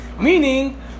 meaning